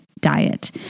diet